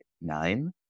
nine